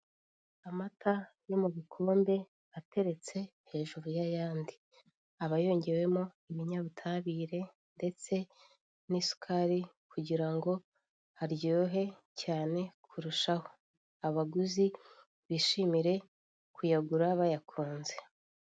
Amata ari mu bikombe ateretse hejuru y'ayandi, aba yongeyemo ibinyabutabire, ndetse n'isukari kugira ngo aryohe cyane kurushaho, abaguzi bishimire kuyagura bayakunze.